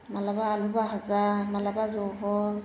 मालाबा आलु भाजा मालाबा जहल